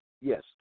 Yes